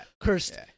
cursed